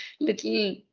little